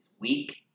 weak